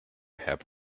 have